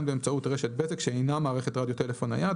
באמצעות רשת בזק שאינה מערכת רדיו טלפון נייד,